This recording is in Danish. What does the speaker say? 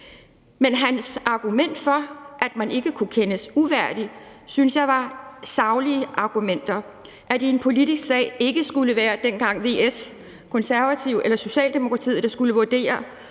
Men hans argumenter for, at man ikke kunne kendes uværdig, synes jeg var saglige argumenter, nemlig at det i en politisk sag ikke skulle være – det var dengang VS, Det Konservative Folkeparti og Socialdemokratiet – politikere,